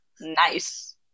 Nice